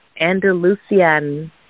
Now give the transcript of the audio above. Andalusian